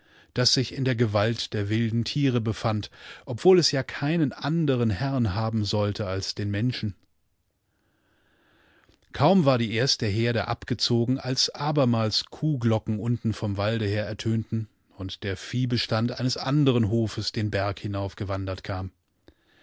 das sich in der gewalt der wilden tiere befand obwohl es ja keinen andern herrn haben sollte als den menschen kaum war die erste herde abgezogen als abermals kuhglocken unten vom walde her ertönten und der viehbestand eines anderen hofes den berg hinaufgewandert kam